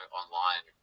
online